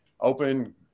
open –